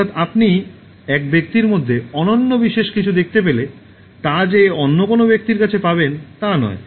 অর্থাৎ আপনি এক ব্যক্তির মধ্যে অনন্য বিশেষ কিছু দেখতে পেলে তা যে অন্য কোনও ব্যক্তির কাছে পাবেন না তা নয়